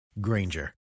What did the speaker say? Granger